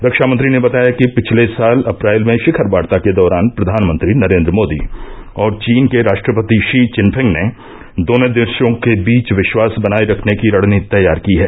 रक्षामंत्री ने बताया कि पिछले साल अप्रैल में शिखर वार्ता के दौरान प्रधानमंत्री नरेन्द्र मोदी और चीन के राष्ट्रपति षी चिनफिंग ने दोनों देशों के बीच विश्वास बनाये रखने की रणनीति तैयार की है